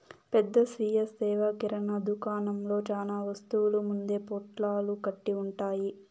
పెద్ద స్వీయ సేవ కిరణా దుకాణంలో చానా వస్తువులు ముందే పొట్లాలు కట్టి ఉంటాయి